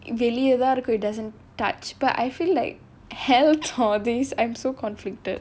இதுலயே தான் இருக்கு:idhulayae thaan irukku it doesn't touch but I feel like this I'm so conflicted